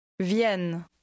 Viennent